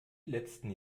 letzten